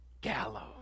gallows